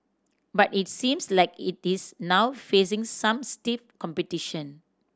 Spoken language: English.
but it seems like it is now facing some stiff competition